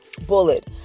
bullet